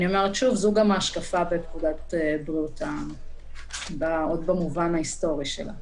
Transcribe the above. אני אומרת שוב שזו גם ההשקפה בפקודת בריאות העם עוד במובן ההיסטורי שלה.